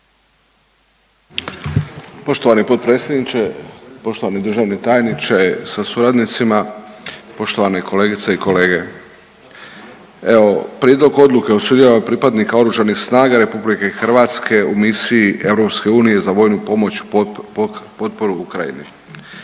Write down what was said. Poštovani potpredsjedniče, poštovani državni tajniče sa suradnicima, poštovane kolegice i kolege. Evo Prijedlog odluke o sudjelovanju pripadnika Oružanih snaga RH u misiji EU za vojnu pomoć potpore Ukrajini.